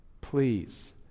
please